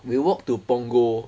we walk to punggol